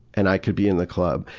and i could be in the club.